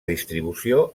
distribució